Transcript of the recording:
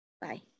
Bye